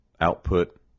output